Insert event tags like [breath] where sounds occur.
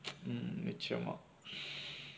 mm நிச்சயமா:nichayamaa [breath]